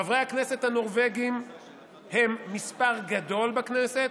חברי הכנסת הנורבגים הם מספר גדול בכנסת,